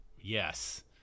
Yes